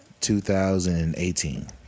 2018